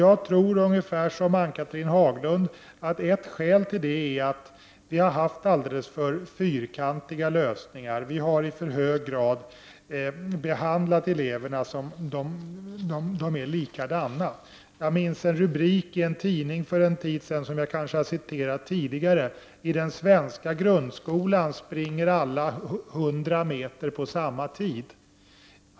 Jag tror, ungefär som Ann-Cathrine Haglund, att ett skäl till det är att lösningarna har varit alldeles för fyrkantiga och att eleverna i för hög grad har behandlats som om de vore lika. Jag minns en rubrik i en tidning för en tid sedan, som jag kanske har citerat tidigare: I den svenska grundskolan springer alla 100 meter på samma tid.